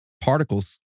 particles